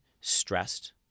stressed